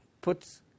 puts